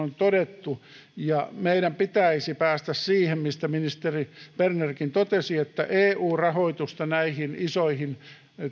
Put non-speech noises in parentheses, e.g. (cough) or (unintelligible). (unintelligible) on todettu ja meidän pitäisi päästä siihen mistä ministeri bernerkin totesi että eu rahoitusta näihin isoihin